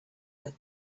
that